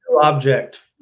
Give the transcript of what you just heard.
Object